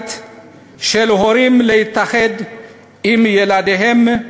אלמנטרית של הורים להתאחד עם ילדיהם,